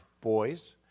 boys